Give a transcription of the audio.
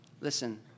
listen